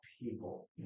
people